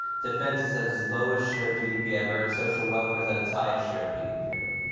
defense is at its lowest share of gdp ever and social welfare is at its highest share of gdp ever.